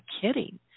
kidding